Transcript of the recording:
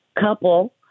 couple